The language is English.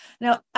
now